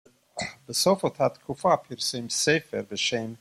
בסוף אותה תקופה פירסם ספר בשם